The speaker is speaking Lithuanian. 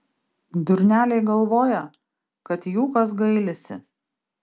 durneliai galvoja kad jų kas gailisi